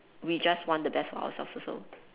we just want the best for ourselves also